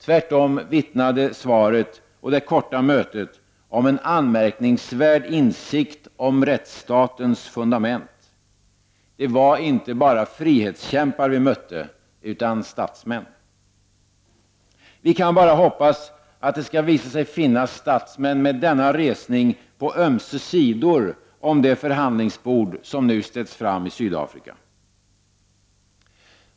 Tvärtom vittnade svaret och det korta mötet om en anmärkningsvärd insikt om rättsstatens fundament. Det var inte bara frihetskämpar vi mötte, utan statsmän. Vi kan bara hoppas att det skall visa sig finnas statsmän med denna resning på ömse sidor om det förhandlingsbord som nu ställts fram i Sydafrika.